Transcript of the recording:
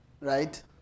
Right